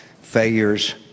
failures